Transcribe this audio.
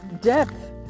depth